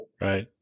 Right